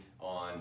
on